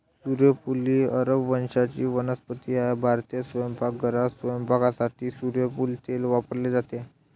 सूर्यफूल ही अरब वंशाची वनस्पती आहे भारतीय स्वयंपाकघरात स्वयंपाकासाठी सूर्यफूल तेल वापरले जाते